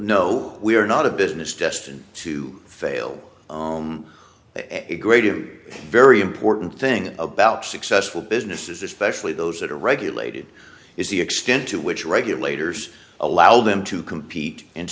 no we are not a business destined to fail great i'm very important thing about successful businesses especially those that are regulated is the extent to which regulators allow them to compete and